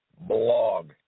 blog